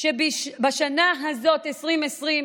שבשנה הזאת, 2020,